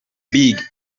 eye